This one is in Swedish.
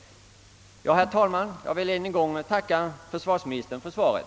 Herr talman! Jag ber att än en gång få tacka försvarsministern för svaret.